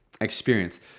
experience